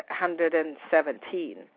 117